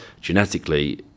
genetically